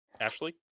Ashley